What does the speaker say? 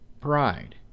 pride